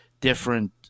different